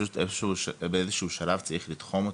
שפשוט באיזשהו שלב צריך לתחום אותו.